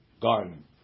garden